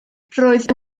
roedd